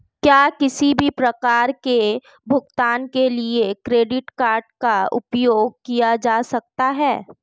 क्या किसी भी प्रकार के भुगतान के लिए क्रेडिट कार्ड का उपयोग किया जा सकता है?